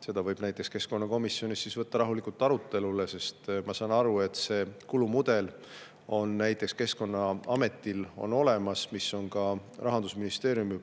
Seda võib näiteks keskkonnakomisjonis võtta rahulikult arutelule, sest ma saan aru, et see kulumudel on näiteks Keskkonnaametil olemas ja ka Rahandusministeeriumi